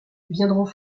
viendront